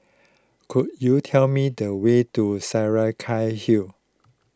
could you tell me the way to Saraca Hill